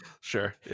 Sure